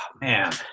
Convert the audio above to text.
Man